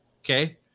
okay